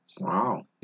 Wow